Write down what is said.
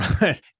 Right